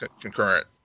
concurrent